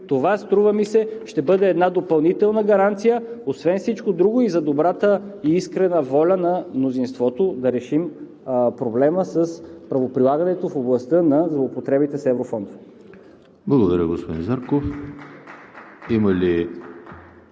Това, струва ми се, ще бъде една допълнителна гаранция, освен всичко друго, за добрата и искрена воля на мнозинството да решим проблема с правоприлагането в областта на злоупотребите с еврофондове. (Ръкопляскания от